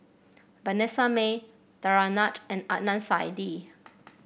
Vanessa Mae Danaraj and Adnan Saidi